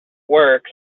works